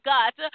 God